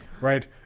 right